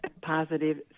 positive